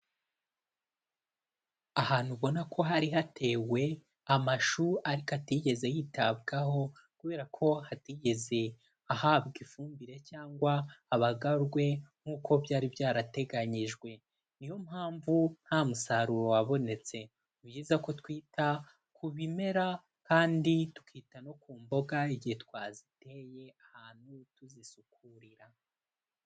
Ahantu ubona ko hari hatewe amashu ariko atigeze yitabwaho, kubera ko hatigeze ahabwa ifumbire cyangwa abagarwe nk'uko byari byarateganyijwe, ni yo mpamvu nta musaruro wabonetse. Ni byiza ko twita ku bimera kandi tukita no ku mboga igihe twaziteye ahantu tuzisukurira.